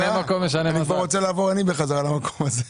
אני פה רוצה אני לעבור חזרה למקום הזה.